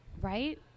Right